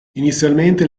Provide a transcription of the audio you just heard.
inizialmente